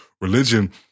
religion